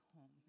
home